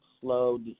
slow